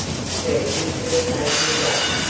searching for the savoury grub.